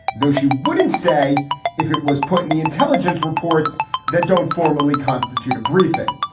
though she wouldn't say if it was put in the intelligence reports that don't formally constitute a briefing.